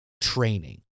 training